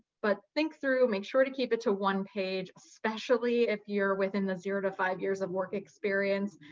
but think through, make sure to keep it to one page, especially if you're within the zero to five years of work experience,